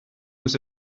was